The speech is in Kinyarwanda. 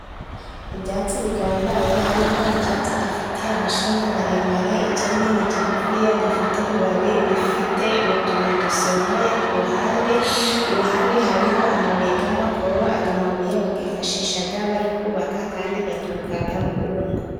Ibyatsi bigandaye harimo icyatsi gifite amashami maremare, ikindi ni kigufiya gifite ibibabi bifite utuntu dusongoye ku ruhande, iruhande hariho amabuye y'amakoro, aya mabuye bayifashisha bari kubaka kandi aturuka mu birunga.